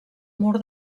mur